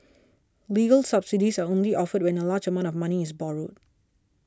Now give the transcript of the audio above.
legal subsidies are only offered when a large amount of money is borrowed